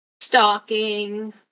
Stalking